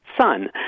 son